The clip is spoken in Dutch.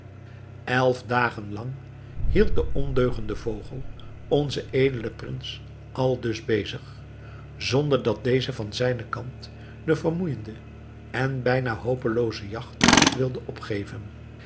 elf dagen lang hield de ondeugende vogel onzen edelen prins aldus bezig zonder dat deze van zijnen kant de vermoeijende en bijna hopelooze jagt wilde opgeven